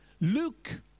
Luke